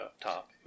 top